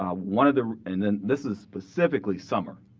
um one of the and then this is specifically summer.